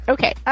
Okay